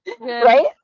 Right